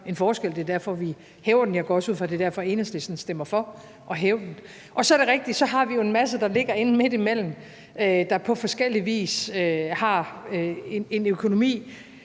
en forskel. Det er derfor, at vi hæver den. Jeg går også ud fra, at det er derfor, at Enhedslisten stemmer for at hæve den. Så er det rigtigt, at så har vi jo en masse, der ligger inde midtimellem, der på forskellig vis har en økonomi,